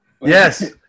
Yes